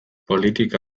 politika